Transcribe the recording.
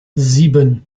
sieben